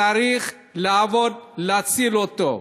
צריך לעבוד, להציל אותו.